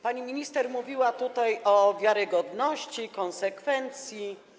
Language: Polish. Pani minister mówiła tutaj o wiarygodności, konsekwencji.